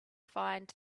find